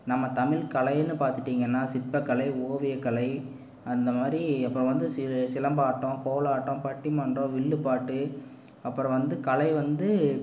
நம்ம தமிழ் கலைன்னு பார்த்துட்டீங்கன்னா சிற்பக்கலை ஓவியக்கலை அந்தமாதிரி அப்புறம் வந்து சி சிலம்பாட்டம் கோலாட்டம் பட்டிமன்றம் வில்லுப்பாட்டு அப்புறம் வந்து கலை வந்து